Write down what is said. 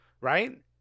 right